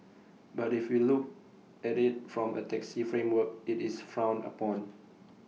but if we look at IT from A taxi framework IT is frowned upon